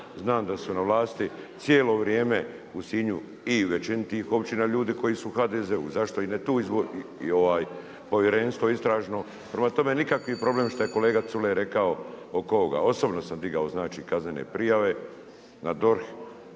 znam da su na vlasti cijelo vrijeme u Sinju i većini tih općina ljudi koji su u HDZ-u. Zašto i tu povjerenstvo istražno. Prema tome, nikakvi problem što je kolega Culej rekao oko ovoga. Osobno sam digao znači kaznene prijave na DORH,